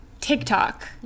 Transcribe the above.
TikTok